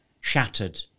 shattered